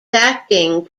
acting